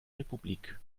republik